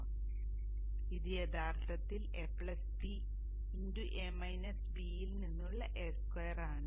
അതിനാൽ ഇത് യഥാർത്ഥത്തിൽ ab ൽ നിന്നുള്ള a2 ആണ്